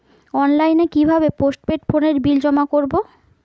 অনলাইনে কি ভাবে পোস্টপেড ফোনের বিল জমা করব?